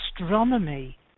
astronomy